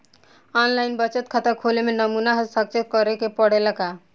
आन line बचत खाता खोले में नमूना हस्ताक्षर करेके पड़ेला का?